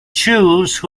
choose